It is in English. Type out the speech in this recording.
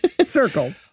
circle